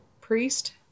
priest